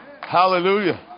Hallelujah